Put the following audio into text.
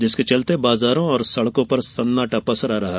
जिसके चलते बाजारों और सड़कों पर सन्नाटा पसरा रहा